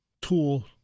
tool